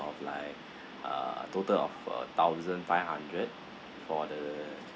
of like uh total of a thousand five hundred for the